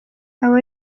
abo